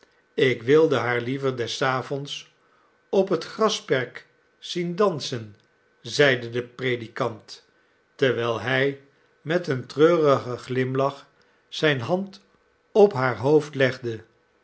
ik wilde haar liever des avonds ophetgrasperk zien dansen zeide de predikant terwijl hij met een treurigen glimlach zijne hand op haar hoofd legde